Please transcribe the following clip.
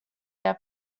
their